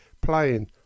playing